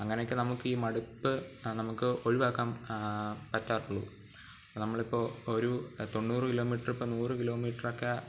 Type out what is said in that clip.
അങ്ങനെയൊക്കെ നമുക്കീ മടുപ്പ് നമുക്ക് ഒഴിവാക്കാൻ പറ്റാറുള്ളു നമ്മളിപ്പോൾ ഒരു തൊണ്ണൂറ് കിലോ മീറ്റർ ഇപ്പം നൂറ് കിലോ മീറ്ററൊക്കെ